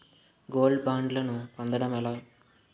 Gold బ్యాండ్లను పొందటం ఎలా?